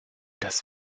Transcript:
das